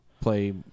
play